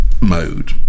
mode